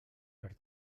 per